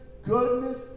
Goodness